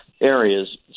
areas